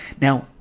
Now